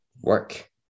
work